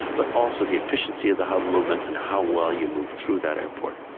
but also the efficiency of the hub movement and how well you move through that airport.